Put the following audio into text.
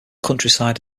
countryside